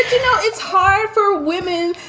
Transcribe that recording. you know it's hard for women,